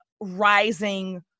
rising